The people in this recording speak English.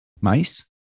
Mice